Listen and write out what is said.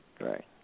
right